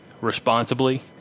responsibly